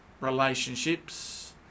relationships